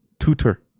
Tutor